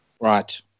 Right